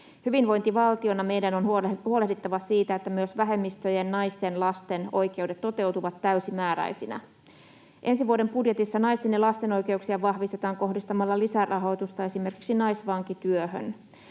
Hyvinvointivaltiona meidän on huolehdittava siitä, että myös vähemmistöjen, naisten, lasten oikeudet toteutuvat täysimääräisinä. Ensi vuoden budjetissa naisten ja lasten oikeuksia vahvistetaan kohdistamalla lisärahoitusta esimerkiksi naisvankityöhön.